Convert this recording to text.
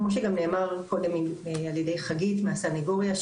כמו שכבר נאמר קודם על ידי חגית לרנאו מהסנגוריה,